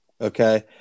okay